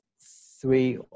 three